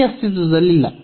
ಮಿತಿ ಅಸ್ತಿತ್ವದಲ್ಲಿಲ್ಲ